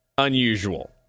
unusual